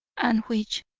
and which,